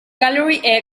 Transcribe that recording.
gallery